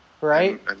Right